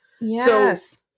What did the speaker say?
Yes